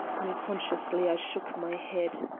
unconsciously i shook my head.